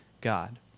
God